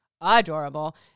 Adorable